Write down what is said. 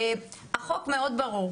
החוק מאוד ברור.